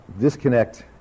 disconnect